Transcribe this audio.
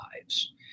lives